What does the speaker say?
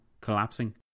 collapsing